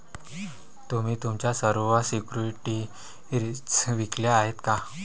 तुम्ही तुमच्या सर्व सिक्युरिटीज विकल्या आहेत का?